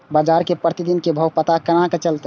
बजार के प्रतिदिन के भाव के पता केना चलते?